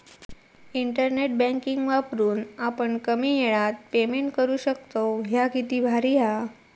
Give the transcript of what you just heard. internet banking वापरून आपण कमी येळात पेमेंट करू शकतव, ह्या किती भारी हां